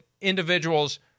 individuals